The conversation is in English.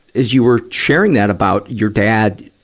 as you were sharing that about your dad,